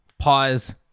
pause